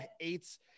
eights